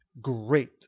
great